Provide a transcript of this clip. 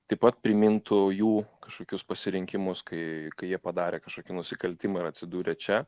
taip pat primintų jų kažkokius pasirinkimus kai kai jie padarė kažkokį nusikaltimą ir atsidūrė čia